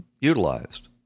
utilized